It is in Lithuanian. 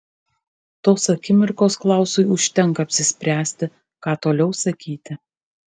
tos akimirkos klausui užtenka apsispręsti ką toliau sakyti